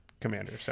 commander